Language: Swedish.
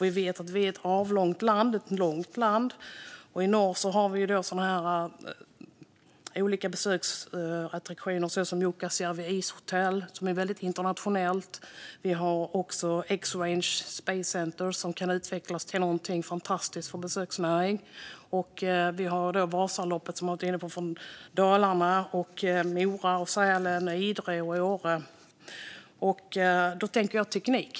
Vi vet att vi är ett långt land, och i norr har vi olika besöksattraktioner. Vi har ishotellet i Jukkasjärvi som är väldigt internationellt, och vi har Esrange Space Center som kan utvecklas till någonting fantastiskt för besöksnäringen. Vi har även Vasaloppet i Dalarna, som Peter Helander var inne på, och vi har Mora, Sälen, Idre och Åre. Då tänker jag: teknik.